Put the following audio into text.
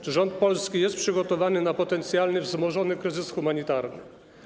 Czy rząd polski jest przygotowany na potencjalny wzmożony kryzys humanitarny?